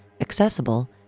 accessible